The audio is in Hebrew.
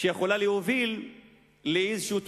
שיכולה להוביל לתוצאה